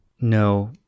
No